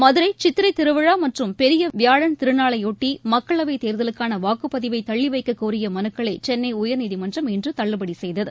மதுரைசித்திரைதிருவிழாமற்றும் பெரியவியாமன் திருநாளையாட்டி மக்களவைத் தேர்தலுக்கானவாக்குப்பதிவைதள்ளிவைக்கக் கோரியமலுக்களைசென்னையர்நீதிமன்றம் இன்றுதள்ளுபடிசெய்தது